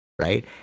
right